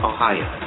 Ohio